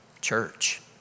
church